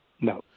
No